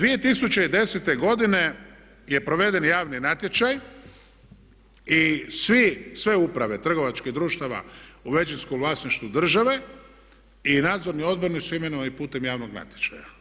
2010.godine je proveden javni natječaj i sve uprave trgovačkih društava u većinskom vlasništvu države i nadzorni odbori su imenovani putem javnog natječaja.